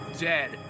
dead